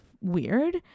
weird